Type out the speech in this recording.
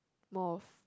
more of